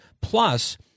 Plus